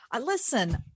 Listen